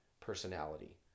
personality